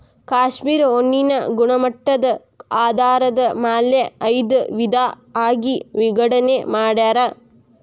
cashmere ಉಣ್ಣೆನ ಗುಣಮಟ್ಟದ ಆಧಾರದ ಮ್ಯಾಲ ಐದ ವಿಧಾ ಆಗಿ ವಿಂಗಡನೆ ಮಾಡ್ಯಾರ